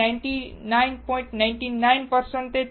આપણે 99